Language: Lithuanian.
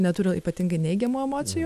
neturi ypatingai neigiamų emocijų